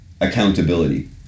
accountability